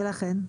ולכן?